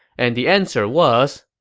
and the answer was,